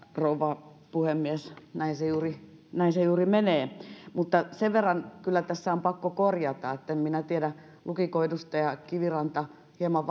rouva puhemies näin se juuri menee mutta sen verran kyllä tässä on pakko korjata en minä tiedä lukiko edustaja kiviranta hieman